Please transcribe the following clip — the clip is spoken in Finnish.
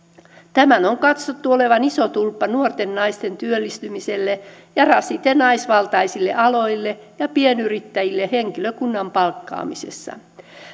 tämän on katsottu olevan iso tulppa nuorten naisten työllistymiselle ja rasite naisvaltaisille aloille ja pienyrittäjille henkilökunnan palkkaamisessa